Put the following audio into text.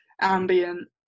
ambient